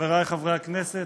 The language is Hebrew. חבריי חברי הכנסת,